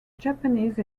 japanese